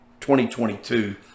2022